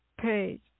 page